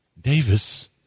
Davis